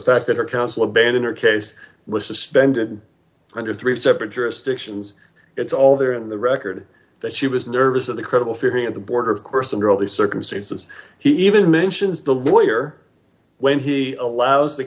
fact that her counsel abandon her case was suspended under three separate jurisdictions it's all there in the record that she was nervous of the credible theory at the border of course and all the circumstances he even mentions the lawyer when he allows the